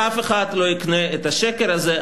ואף אחד לא יקנה את השקר הזה.